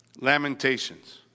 Lamentations